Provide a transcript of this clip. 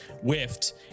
whiffed